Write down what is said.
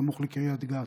סמוך לקריית גת.